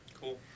cool